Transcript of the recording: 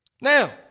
Now